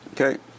Okay